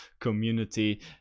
community